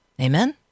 Amen